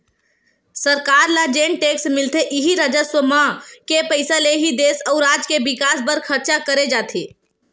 सरकार ल जेन टेक्स मिलथे इही राजस्व म के पइसा ले ही देस अउ राज के बिकास बर खरचा करे जाथे